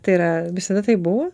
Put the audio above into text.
tai yra visada taip buvo